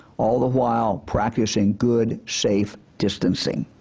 all the while practicing good safe distancing.